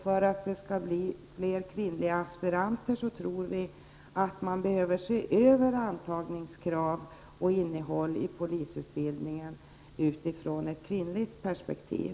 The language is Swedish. För att det skall bli fler kvinnliga aspiranter tror vi att antagningskraven och innehållet i polisutbildningen behöver ses över utifrån ett kvinnligt perspektiv.